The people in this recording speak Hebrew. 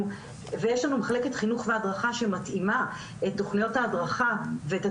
ויש לנו מחלקת חינוך והדרכה שמתאימה את תוכניות ההדרכה ואת